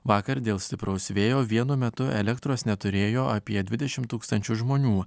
vakar dėl stipraus vėjo vienu metu elektros neturėjo apie dvidešimt tūkstančių žmonių